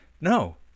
no